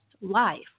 life